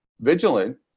vigilant